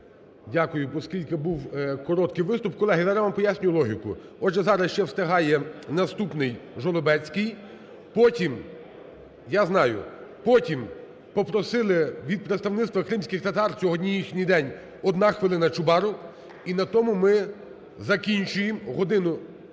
Дякую. Оскільки був короткий виступ, колеги, зараз я вам поясню логіку. Отже, зараз ще встигає наступний Жолобецький, потім (я знаю), потім попросили від представництва кримських татар, сьогодні їхній день, 1 хвилина Чубарову. І на тому ми закінчуємо годину,